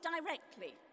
directly